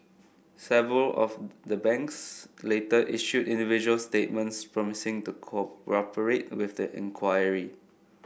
several of the banks later issued individual statements promising to cooperate with the inquiry